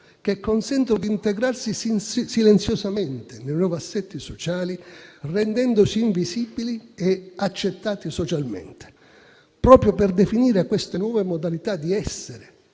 che consentono di integrarsi silenziosamente nei loro assetti sociali, rendendosi invisibili e accettate socialmente. Proprio per definire queste nuove modalità di essere